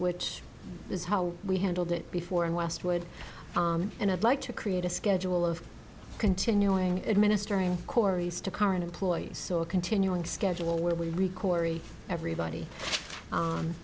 which is how we handled it before in westwood and i'd like to create a schedule of continuing administering cory's to current employees so a continuing schedule where we record everybody